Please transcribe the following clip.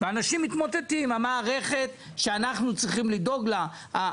אני מדבר על אותם אלה שבהם זה פגיעה עצומה.